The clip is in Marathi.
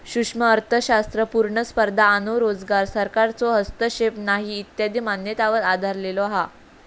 सूक्ष्म अर्थशास्त्र पुर्ण स्पर्धा आणो रोजगार, सरकारचो हस्तक्षेप नाही इत्यादी मान्यतांवर आधरलेलो हा